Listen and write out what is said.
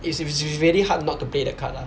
is is it's really hard not to play the card lah